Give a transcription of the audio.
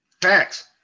tax